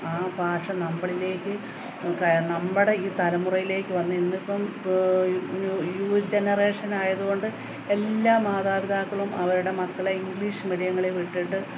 ആ ഭാഷ നമ്മളിലേക്ക് നമ്മുടെ ഈ തലമുറയിലേക്ക് വന്ന് ഇന്ന് ഇപ്പം ന്യൂ ജെനറേഷൻ ആയതുകൊണ്ട് എല്ലാ മാതാപിതാക്കളും അവരുടെ മക്കളെ ഇങ്ക്ളീഷ് മീഡിയങ്ങളിൽ വിട്ടിട്ട്